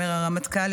אומר הרמטכ"ל,